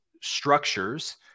structures